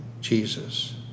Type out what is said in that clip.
Jesus